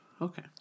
Okay